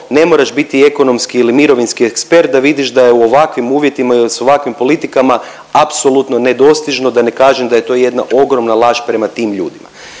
ne moraš biti ekonomski ili mirovinski ekspert da vidiš da je u ovakvim uvjetima i s ovakvim politikama apsolutno nedostižno da ne kažem da je to jedna ogromna laž prema tim ljudima.